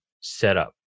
setup